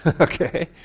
Okay